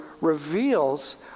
reveals